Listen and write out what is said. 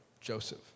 Joseph